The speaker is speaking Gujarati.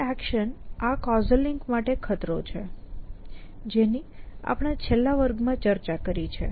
આ એક્શન આ કૉઝલ લિંક માટે ખતરો છે જેની આપણે છેલ્લા વર્ગમાં ચર્ચા કરી છે